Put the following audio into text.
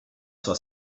sua